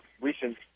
recent